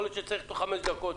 יכול להיות שצריך חמש דקות.